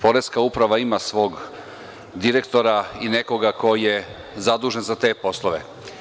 Poreska uprava ima svog direktora i nekoga ko je zadužen za te poslove.